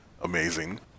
amazing